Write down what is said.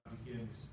begins